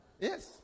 Yes